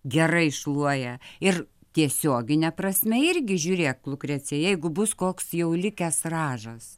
gerai šluoja ir tiesiogine prasme irgi žiūrėk lukrecija jeigu bus koks jau likęs ražas